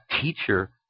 teacher